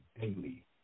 daily